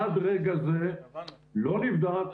עד רגע זה לא נבדק -- הבנו.